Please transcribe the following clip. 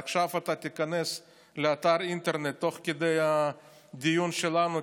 עכשיו אתה תיכנס לאתר האינטרנט תוך כדי הדיון שלנו,